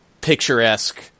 picturesque